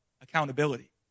accountability